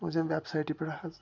تُہٕنٛزِ ییٚمہِ ویبسایٹہ پٮ۪ٹھ حظ